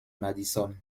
madison